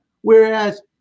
Whereas